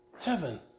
Heaven